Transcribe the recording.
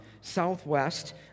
southwest